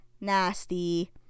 nasty